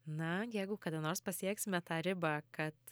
na jeigu kada nors pasieksime tą ribą kad